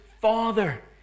Father